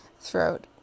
throat